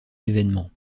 événements